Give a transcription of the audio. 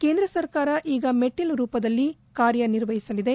ಕೇಂದ್ರ ಸರಕಾರ ಈಗ ಮೆಟ್ಟಲು ರೂಪದಲ್ಲಿ ಕಾರ್ಯ ನಿರ್ವಹಿಸಲಿದೆ